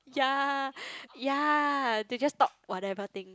yea yea they just talk whatever things